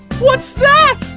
what's that.